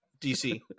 DC